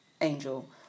angel